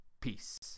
peace